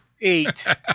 Eight